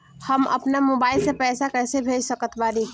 हम अपना मोबाइल से पैसा कैसे भेज सकत बानी?